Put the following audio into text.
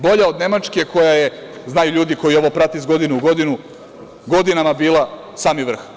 Bolja od Nemačke koja je, znaju ljudi koji ovo prate iz godine u godinu, godinama bila sami vrh.